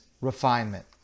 refinement